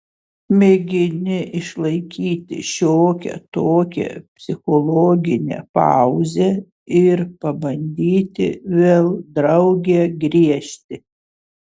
mėgini išlaikyti šiokią tokią psichologinę pauzę ir pabandyti vėl drauge griežti